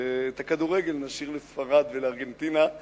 ואת הכדורגל נשאיר לספרד ולארגנטינה.